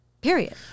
period